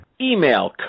Email